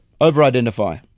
Over-identify